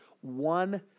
One